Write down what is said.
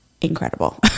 incredible